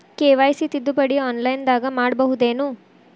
KYC ತಿದ್ದುಪಡಿ ಆನ್ಲೈನದಾಗ್ ಮಾಡ್ಬಹುದೇನು?